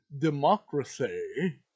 democracy